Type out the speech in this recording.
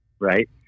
Right